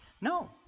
No